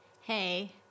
hey